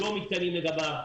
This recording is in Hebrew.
אתה לא יכול להפעיל במקרה הזה.